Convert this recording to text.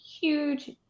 huge